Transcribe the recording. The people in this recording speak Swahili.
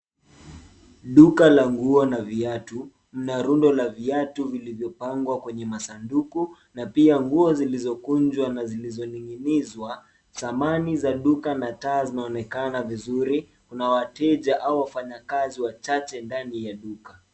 Duka la nguo na viatu na rundo la viatu vilivyopangwa kwenye masanduku na pia nguo zilizokunjwa na zilizoning'inizwa. Samani za duka na taa zinaonekana vizuri. Kuna wateja au wafanyakazi wachache ndani ya duka.